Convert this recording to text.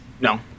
No